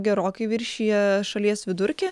gerokai viršija šalies vidurkį